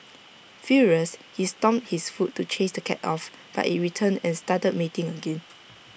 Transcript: furious he stomped his foot to chase the cat off but IT returned and started mating again